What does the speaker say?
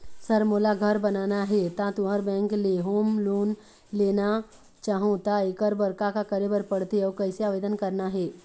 Sir मोला घर बनाना हे ता तुंहर बैंक ले होम लोन लेना चाहूँ ता एकर बर का का करे बर पड़थे अउ कइसे आवेदन करना हे?